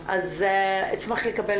אז אשמח לקבל